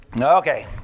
Okay